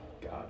God